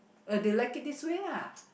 uh they like it this way lah